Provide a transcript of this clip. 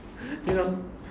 you know